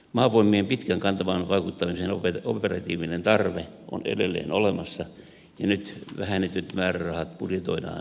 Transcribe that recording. maavoimien pitkän kantaman vaikuttamisen operatiivinen tarve on edelleen olemassa ja nyt vähennetyt määrärahat budjetoidaan myöhemmin